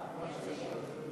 נתקבלו.